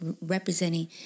representing